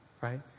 Right